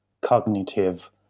cognitive